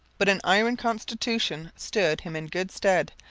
but an iron constitution stood him in good stead,